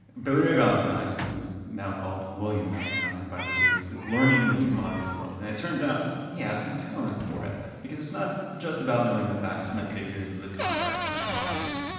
billy ray valentine, who's now called william valentine by the dukes, is learning this commodities world. and it turns out he he has some talent for it because it's not just about knowing the facts and the figures of the contracts and the commodities.